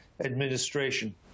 administration